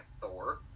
thor